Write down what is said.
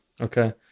Okay